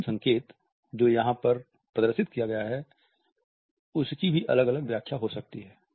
अंतिम संकेत जो यहां पर प्रदर्शित किया गया है उसकी भी अलग अलग व्याख्या हो सकती है